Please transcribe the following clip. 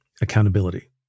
accountability